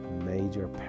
Major